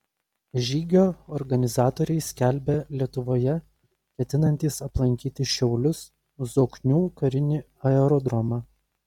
žygio organizatoriai skelbia lietuvoje ketinantys aplankyti šiaulius zoknių karinį aerodromą